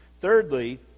Thirdly